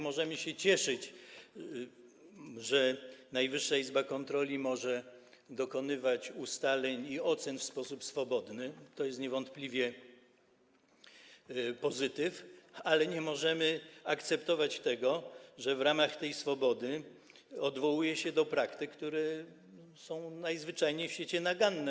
Możemy się cieszyć, że Najwyższa Izba Kontroli może dokonywać ustaleń i ocen w sposób swobodny, to jest niewątpliwie pozytyw, ale nie możemy akceptować tego, że w ramach tej swobody odwołuje się do praktyk, które są najzwyczajniej w świecie naganne.